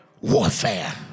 warfare